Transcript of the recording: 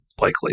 likely